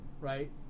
right